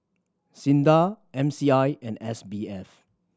SINDA M C I and S B F